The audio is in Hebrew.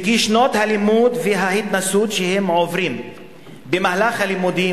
ושנות הלימוד וההתנסות שהם עוברים במהלך הלימודים,